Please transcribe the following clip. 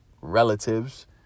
relatives